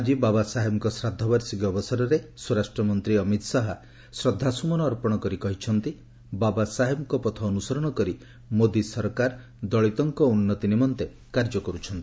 ଆଜି ବାବାସାହେବଙ୍କ ଶ୍ରାଦ୍ଧବାର୍ଷିକୀ ଅବସରରେ ସ୍ୱରାଷ୍ଟ୍ରମନ୍ତ୍ରୀ ଅମିତ୍ ଶାହା ଶ୍ରଦ୍ଧାସୁମନ ଅର୍ପଣ କରି କହିଛନ୍ତି ବାବାସାହେବଙ୍କ ପଥ ଅନୁସରଣ କରି ମୋଦି ସରକାର ଦଳିତଙ୍କ ଉନ୍ନତି ନିମନ୍ତେ କାର୍ଯ୍ୟ କରୁଛନ୍ତି